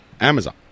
Amazon